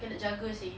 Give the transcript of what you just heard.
kena jaga seh